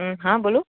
હા બોલો